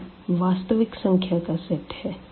R वास्तविक संख्या का सेट है